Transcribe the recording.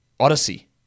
Odyssey